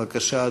בבקשה,